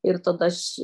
ir tada aš